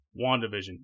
Wandavision